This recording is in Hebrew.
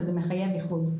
וזה מחייב איחוד.